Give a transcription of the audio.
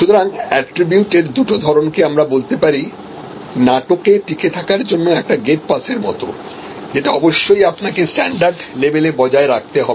সুতরাং এট্রিবিউট এর দুটো ধরনকে আমরা বলতে পারি নাটকে টিকে থাকার জন্য একটা গেট পাসের মত যেটা অবশ্যই আপনাকে স্ট্যান্ডার্ড লেভেলে বজায় রাখতে হবে